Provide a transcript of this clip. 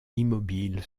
immobile